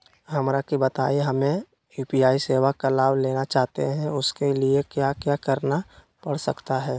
हमरा के बताइए हमें यू.पी.आई सेवा का लाभ लेना चाहते हैं उसके लिए क्या क्या करना पड़ सकता है?